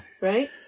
Right